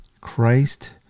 Christ